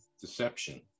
Deception